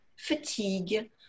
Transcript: fatigue